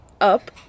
up